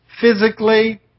physically